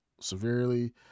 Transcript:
severely